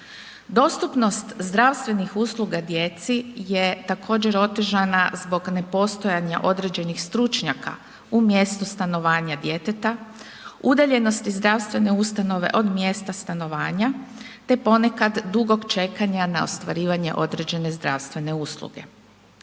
Dostupnost zdravstvenih usluga djeci je također otežana zbog nepostojanja određenih stručnjaka u mjestu stanovanja djeteta, udaljenosti zdravstvene ustanove od mjesta stanovanja te ponekad dugog čekanja na ostvarivanje određene zdravstvene usluge.